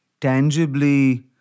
Tangibly